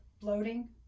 bloating